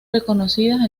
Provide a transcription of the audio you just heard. reconocidas